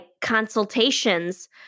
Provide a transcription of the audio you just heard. consultations